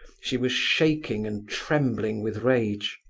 she was shaking and trembling with rage.